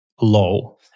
low